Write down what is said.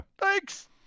Thanks